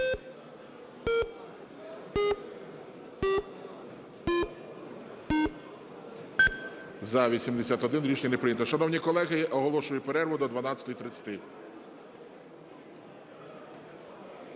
За-81 Рішення не прийнято. Шановні колеги, оголошую перерву до 12:30.